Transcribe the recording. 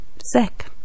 sick